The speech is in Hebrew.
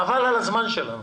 חבל על הזמן שלנו.